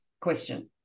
question